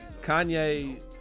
Kanye